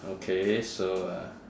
okay so uh